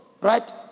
right